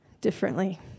differently